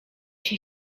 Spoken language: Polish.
się